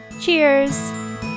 Cheers